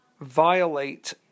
violate